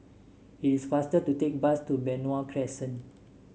it is faster to take bus to Benoi Crescent